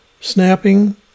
Snapping